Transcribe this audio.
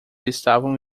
estavam